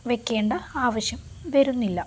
വെയ്ക്കേണ്ട ആവശ്യം വരുന്നില്ല